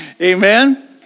Amen